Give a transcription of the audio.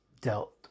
dealt